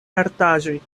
artaĵoj